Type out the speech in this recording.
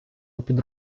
попід